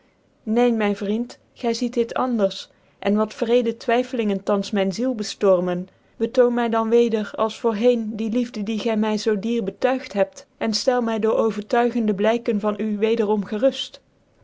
neen myn vriend gy ziet dit anders en wat wreedc twyffclingen thans mijn ziel beftormen betoon my dan weder als voor heen die liefde die gy my zoo dier betuigd heb cn ftcl my door overtuigende blijken van u wederom